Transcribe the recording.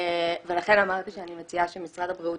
ולכן אמרתי שאני מציעה שמשרד הבריאות